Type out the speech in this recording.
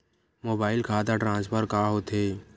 Mobile खाता transfer का होथे?